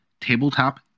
Tabletop